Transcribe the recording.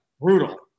Brutal